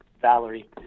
Valerie